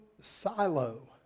silo